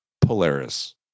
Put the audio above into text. Polaris